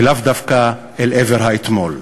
ולאו דווקא אל עבר האתמול.